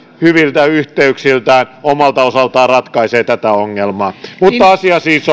hyvillä yhteyksillään omalta osaltaan ratkaisee tätä ongelmaa mutta asia siis